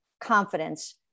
confidence